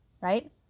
right